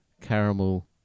Caramel